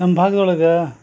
ನಮ್ಮ ಭಾಗ್ದೊಳಗ